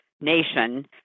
nation